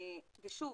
שוב,